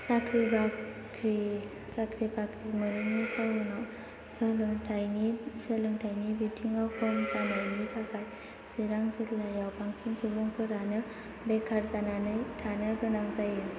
साख्रि बाख्रि मोनैनि जाहोनाव सोलोंथायनि बिथिंआव खम जानायनि थाखाय चिरां जिल्लायाव बांसिन सुबुंफोरानो बेखार जानानै थानो गोनां जायो